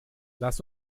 lass